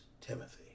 Timothy